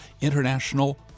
international